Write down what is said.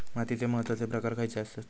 मातीचे महत्वाचे प्रकार खयचे आसत?